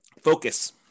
Focus